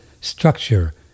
structure